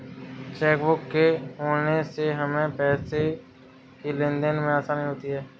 chequebook के होने से हमें पैसों की लेनदेन में आसानी होती हैँ